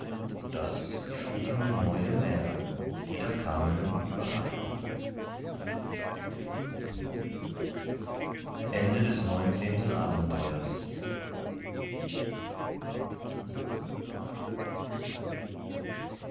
das schufen neue mären die da kamen über rhein